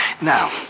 Now